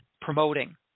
promoting